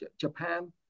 Japan